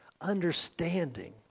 Understanding